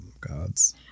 God's